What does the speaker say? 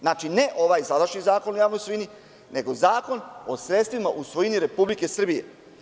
Znači, ne ovaj sadašnji Zakon o javnoj svojini, nego Zakon o sredstvima u svojini Republike Srbije.